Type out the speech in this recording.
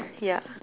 ya